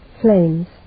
flames